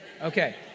Okay